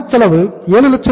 பணம் செலவு 720000